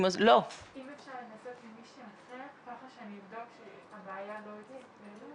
לא על זה, על שיטת המשטר באופן כללי.